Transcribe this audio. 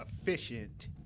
efficient